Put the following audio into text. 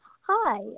hi